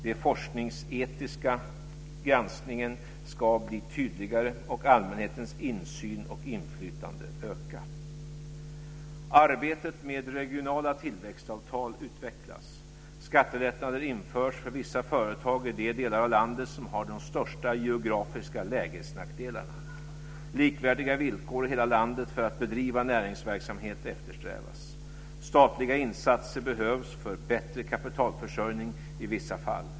Den forskningsetiska granskningen ska bli tydligare och allmänhetens insyn och inflytande öka. Arbetet med regionala tillväxtavtal utvecklas. Skattelättnader införs för vissa företag i de delar av landet som har de största geografiska lägesnackdelarna. Likvärdiga villkor i hela landet för att bedriva näringsverksamhet eftersträvas. Statliga insatser behövs för bättre kapitalförsörjning i vissa fall.